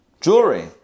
jewelry